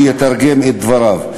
שיתרגם את דבריו,